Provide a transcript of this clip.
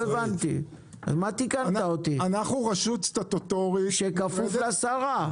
אנחנו רשות סטטוטורית שכפופה לשרה.